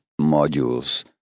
modules